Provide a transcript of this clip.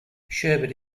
sherbet